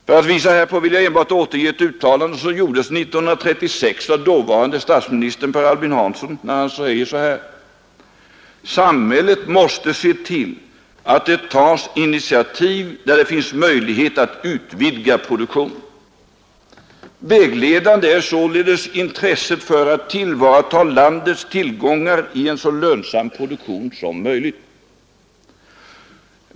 För att visa härpå vill jag återge ett uttalande som gjordes 1936 av dåvarande statsministern Per Albin Hansson när han sade: ”Samhället måste se till att det tar initiativ där det finns möjlighet att utvidga produktionen.” Vägledande är således intresset för att tillvarata landets tillgångar i en så lönsam produktion som möjligt.